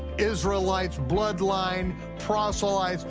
israelites, bloodline, proselytes,